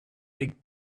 big